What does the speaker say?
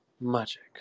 magic